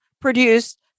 produced